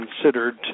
considered